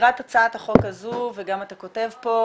לקראת הצעת החוק הזו וגם אתה כותב פה